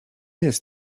jest